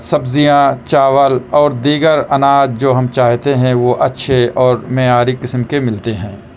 سبزیاں چاول اور دیگر اناج جو ہم چاہتے ہیں وہ اچھے اور معیاری قسم کے ملتے ہیں